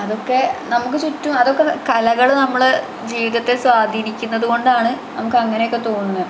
അതൊക്കെ നമുക്കു ചുറ്റും അതൊക്കെ കലകൾ നമ്മൾ ജീവിതത്തെ സ്വാധിനിക്കുന്നത് കൊണ്ടാണ് നമുക്ക് അങ്ങനെയൊക്കെ തോന്നുന്നത്